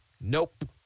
nope